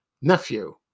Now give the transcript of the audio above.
nephew